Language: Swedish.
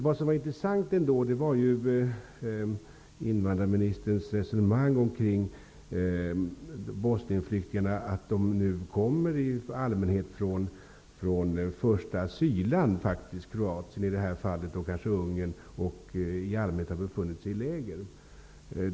Det som var intressant var invandrarministerns resonemang omkring Bosnienflyktingarna, att de nu i allmänhet kommer från första asylland, i det här fallet från Kroatien, kanske Ungern, och har befunnit sig i läger.